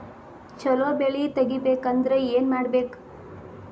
ಛಲೋ ಬೆಳಿ ತೆಗೇಬೇಕ ಅಂದ್ರ ಏನು ಮಾಡ್ಬೇಕ್?